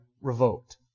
revoked